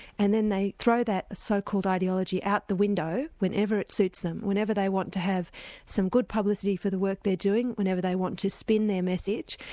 and then they throw that so-called ideology out the window whenever it suits them, whenever they want to have some good publicity for the work they're doing, whenever they want to spin their message,